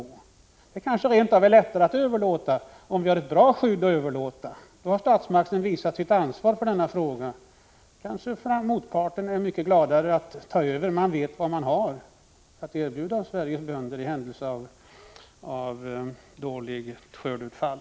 En överlåtelse blir kanske rent av lättare om det finns ett bra skydd att överlåta — då har statsmakten visat sitt ansvar för denna fråga, och då kanske motparten är mycket gladare att ta över, när man vet vad man har att erbjuda Sveriges bönder i händelse av dåligt skördeutfall.